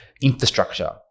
Infrastructure